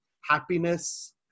happiness